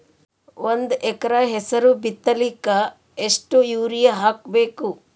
ಒಂದ್ ಎಕರ ಹೆಸರು ಬಿತ್ತಲಿಕ ಎಷ್ಟು ಯೂರಿಯ ಹಾಕಬೇಕು?